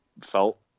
felt